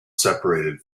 separated